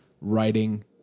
writing